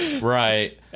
right